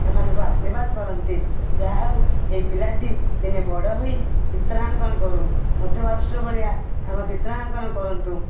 ସେମାନଙ୍କୁ ଆଶୀର୍ବାଦ କରନ୍ତି ଯାହା ହଉ ଏଇ ପିଲାଟି ଦିନେ ବଡ଼ ହୋଇ ଚିତ୍ରାଙ୍କନ କରୁ ମଧୁ ବାରିଷ୍ଟର ଭଳିଆ ତାଙ୍କ ଚିତ୍ରାଙ୍କନ କରନ୍ତୁ